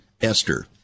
Esther